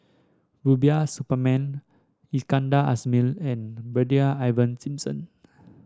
Rubiah Suparman Iskandar Ismail and Brigadier Ivan Simson